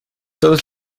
todos